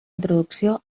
introducció